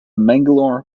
mangalore